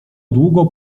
długo